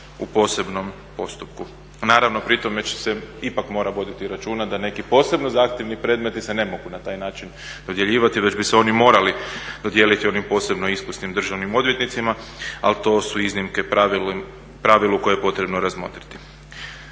u posebnom postupku. Naravno pri tome će se ipak morati voditi računa da neki posebni zahtjevni predmeti se ne mogu na taj način dodjeljivati već bi se oni morali dodijeliti onim posebno iskusnim državnim odvjetnicima, ali to su iznimke pravilu koje je potrebno razmotriti.